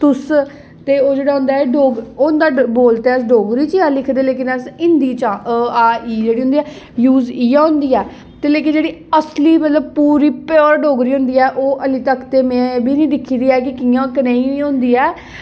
तुस ओह् जेह्ड़ा होंदा ऐ ओह् डोगरी होंदा ओह् डोगरी च गै पर लिखदे उसी हिंदी च ऐं अ आ इ ई जेह्ड़ी होंदी ऐ यूज़ इ'यै होंदी ऐ ते लेकिन जेह्ड़ी असली मतलब पूरी प्योर डोगरी होंदी ऐ ते ओह् हल्ली तक्क में बी निं दिक्खी दी ऐ की कनेही होंदी ऐ